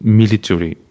military